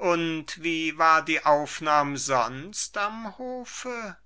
und wie war die aufnahm sonst am hofe